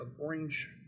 orange